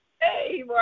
hey